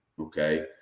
okay